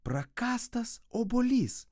prakąstas obuolys